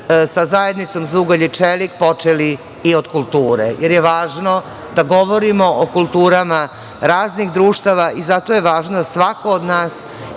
sa zajednicom za ugalj i čelik počeli i od kulture, jer je važno da govorimo o kulturama raznih društava i zato je važno da svako od nas